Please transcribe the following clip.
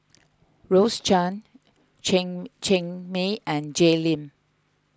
Rose Chan Chen Cheng Mei and Jay Lim